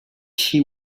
she